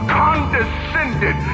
condescended